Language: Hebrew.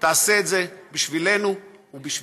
תעשה את זה בשבילנו ובשבילם.